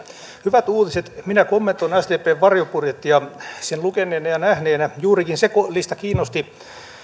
hyvät uutiset minä kommentoin sdpn varjobudjettia sen lukeneena ja nähneenä juurikin se lista kiinnosti